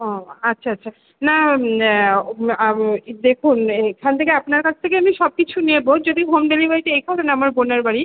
ও আচ্ছা আচ্ছা না দেখুন এখান থেকে আপনার কাছ থেকে আমি সব কিছু নেব যদি হোম ডেলিভারিটা এইখানে না আমার বোনের বাড়ি